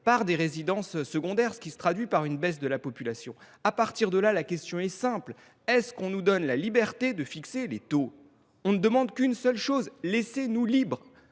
par des résidences secondaires, ce qui se traduit par une baisse de la population. Dès lors, la question est simple : nous donne t on la liberté de fixer les taux ? Nous ne demandons qu’une seule chose : laissez nous libres